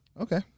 okay